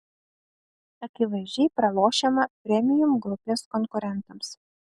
akivaizdžiai pralošiama premium grupės konkurentams